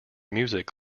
music